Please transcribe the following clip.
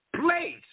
place